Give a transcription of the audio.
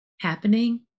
Happening